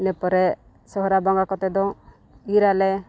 ᱤᱱᱟᱹ ᱯᱚᱨᱮ ᱥᱚᱦᱨᱟᱭ ᱵᱚᱸᱜᱟ ᱠᱚᱛᱮ ᱫᱚ ᱤᱨᱻᱟᱞᱮ